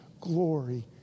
glory